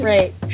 Right